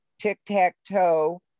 tic-tac-toe